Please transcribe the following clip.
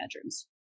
bedrooms